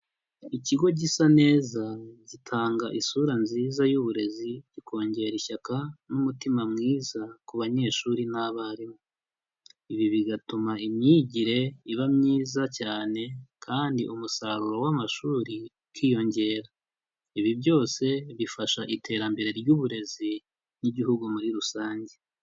Ikigo gisa neza gitanga isura nziza y'uburezi, kikongera ishyaka n'umutima mwiza ku banyeshuri n'abarimu, ibi bigatuma imyigire iba myiza cyane, kandi umusaruro w'amashuri ukiyongera, ibi byose bifasha iterambere ry'uburezi n'igihugu muri rusange.